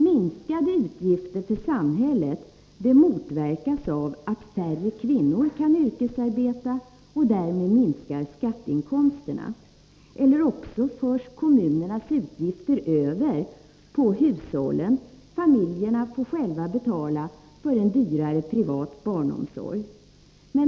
Minskade utgifter för samhället motverkas av att färre kvinnor kan yrkesarbeta, och därmed minskar skatteinkomsterna. Eller också förs kommunernas utgifter över på hushållen — familjerna får själva betala för en dyrare privat barnomsorg.